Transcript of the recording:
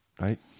Right